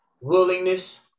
willingness